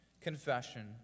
confession